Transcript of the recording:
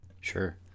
sure